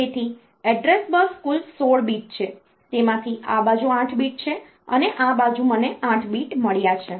તેથી એડ્રેસ બસ કુલ 16 bit છે તેમાંથી આ બાજુ 8 bit છે અને આ બાજુ મને 8 bit મળ્યા છે